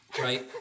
Right